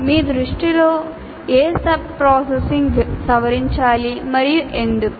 మీ దృష్టిలో ఏ sub processes సవరించాలి మరియు ఎందుకు